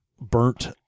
burnt